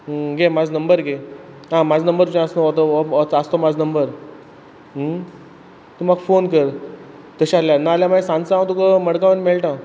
घे म्हाजो नंबर घे आं म्हाजो नंबर तुजे आसा न्हू हो तो होच आसा तो म्हाजो नंबर तूं म्हाका फोन कर तशें जाल्यार नाजाल्या मागी सांजचो हांव तुका मडगांव येवन मेळटा